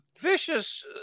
vicious